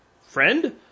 friend